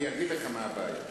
אני אגיד לך מה הבעיה,